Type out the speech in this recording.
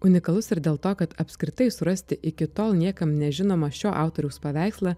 unikalus ir dėl to kad apskritai surasti iki tol niekam nežinomą šio autoriaus paveikslą